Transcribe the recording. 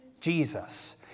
Jesus